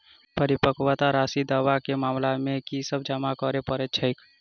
परिपक्वता राशि दावा केँ मामला मे की सब जमा करै पड़तै छैक?